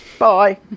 bye